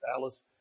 Alice